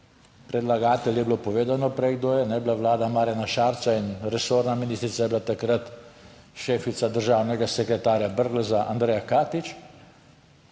predlagatelj je bilo povedano prej kdo je bila Vlada Marjana Šarca in resorna ministrica je bila takrat šefica državnega sekretarja Brgleza, Andreja Katič